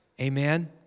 Amen